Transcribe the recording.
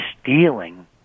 stealing